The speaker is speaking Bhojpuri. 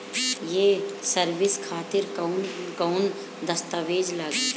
ये सर्विस खातिर कौन कौन दस्तावेज लगी?